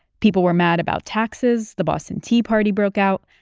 people were mad about taxes. the boston tea party broke out.